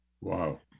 Wow